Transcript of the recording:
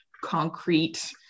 concrete